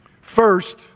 First